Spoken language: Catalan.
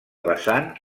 vessants